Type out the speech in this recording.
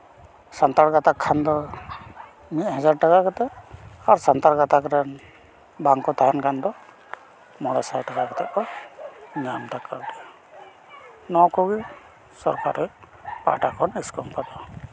ᱥᱟᱱᱛᱟᱲ ᱜᱟᱛᱟᱠ ᱠᱷᱟᱱ ᱫᱚ ᱢᱤᱫ ᱦᱟᱡᱟᱨ ᱴᱟᱠᱟ ᱠᱟᱛᱮ ᱥᱟᱱᱛᱟᱲ ᱜᱟᱛᱟᱠ ᱨᱮᱱ ᱵᱟᱝᱠᱚ ᱛᱟᱦᱮᱱ ᱠᱷᱟᱱ ᱫᱚ ᱢᱚᱬᱮ ᱥᱟᱭ ᱴᱟᱠᱟ ᱠᱟᱛᱮ ᱠᱚ ᱧᱟᱢᱫᱟ ᱱᱚᱣᱟ ᱠᱚᱜᱮ ᱥᱚᱨᱠᱟᱨ ᱯᱟᱦᱴᱟ ᱠᱷᱚᱱ ᱤᱥᱠᱤᱢ ᱠᱚᱫᱚ